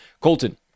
Colton